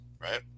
right